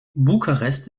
bukarest